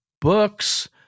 books